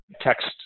text